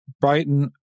Brighton